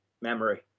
memory